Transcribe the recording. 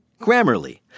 Grammarly